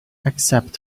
except